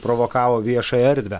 provokavo viešąją erdvę